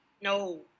No